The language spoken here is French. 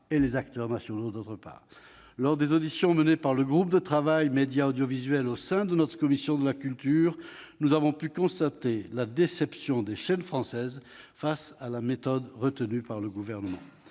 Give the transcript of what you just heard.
et les acteurs nationaux, d'autre part. Lors des auditions menées par le groupe de travail Médias audiovisuels au sein de notre commission de la culture, nous avons pu constater la déception des chaînes françaises face à la méthode retenue par le Gouvernement.